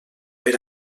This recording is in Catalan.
per